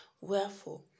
Wherefore